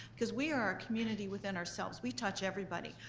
cause we're a community within ourselves, we touch everybody.